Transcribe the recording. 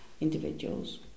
individuals